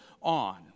on